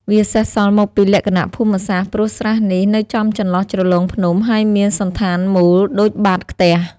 វាសេសសល់មកពីលក្ខណៈភូមិសាស្ត្រ ព្រោះស្រះនេះ នៅចំចន្លោះជ្រលងភ្នំ ហើយមានសណ្ឋានមូលដូចបាតខ្ទះ។